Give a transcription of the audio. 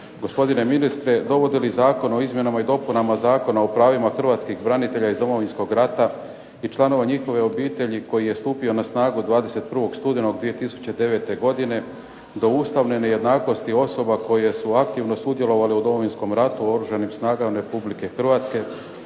Gospodine ministre, dovodi li Zakona o izmjenama i dopunama Zakona o pravima hrvatskih branitelja iz Domovinskog rata i članova njihovih obitelji koji je stupio na snagu 21. studenog 2009. godine do ustavne nejednakosti osoba koje su aktivno sudjelovale u Domovinskom ratu u Oružanim snagama Republike Hrvatske,